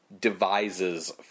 devises